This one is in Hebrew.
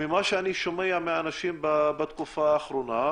ממה שאני שומע מאנשים בתקופה האחרונה,